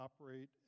operate